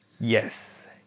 Yes